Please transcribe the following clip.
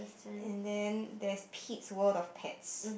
and then there's Pete's World of Pets